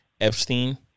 Epstein